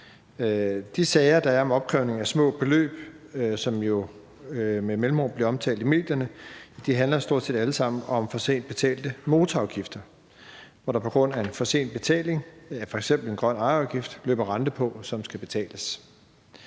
De sager, der er om opkrævning af små beløb, som jo med mellemrum bliver omtalt i medierne, handler stort set alle sammen om for sent betalte motorafgifter, hvor der på grund af en for sen betaling, f.eks. en grøn ejerafgift, løber renter på, som skal betales.